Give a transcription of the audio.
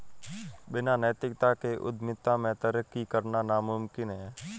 बिना नैतिकता के उद्यमिता में तरक्की करना नामुमकिन है